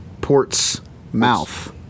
Portsmouth